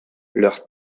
leurs